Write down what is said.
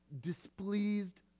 displeased